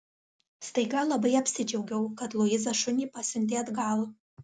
staiga labai apsidžiaugiau kad luiza šunį pasiuntė atgal